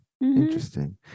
interesting